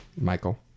Michael